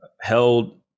held